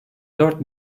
dört